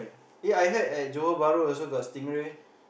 ya I heard at Johor-Bahru also got stingray